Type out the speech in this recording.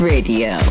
Radio